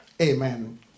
Amen